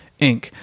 Inc